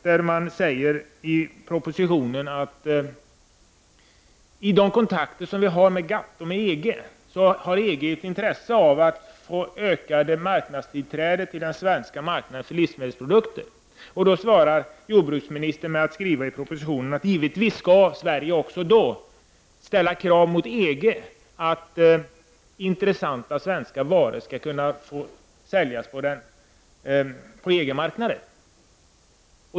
Ett exempel på detta i propositionen är där det skrivs att EG vid Sveriges kontakter med GATT och EG har ett intresse av att få ett ökat marknadstillträde till den svenska marknaden för livsmedelsprodukter. Om det skriver jordbruksministern i propositionen att Sverige också då givetvis skall ställa krav på EG att intressanta svenska varor skall få säljas på EG-marknaden.